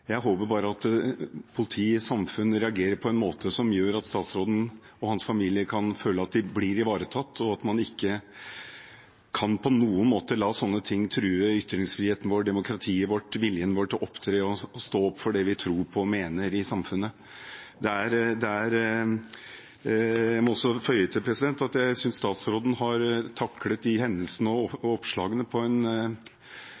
jeg håper bare at politiet og samfunnet reagerer på en måte som gjør at statsråden og hans familie kan føle at de blir ivaretatt, og at man ikke på noen måte kan la sånne ting true ytringsfriheten vår, demokratiet vårt, viljen vår til å stå opp for det vi tror på og mener i samfunnet. Jeg må også føye til at jeg synes statsråden har taklet de hendelsene og